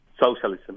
socialism